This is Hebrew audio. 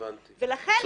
הבנתי, הבנתי.